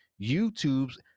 YouTube's